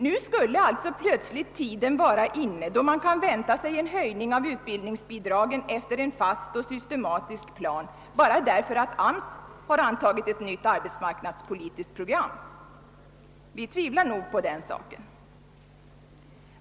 Nu skulle alltså plötsligt den tid vara inne då man kan vänta sig en höjning av utbildningsbidragen efter en fast och systematisk plan bara därför att AMS antagit ett nytt arbetsmarknadspolitiskt program! Vi tvivlar nog på den saken.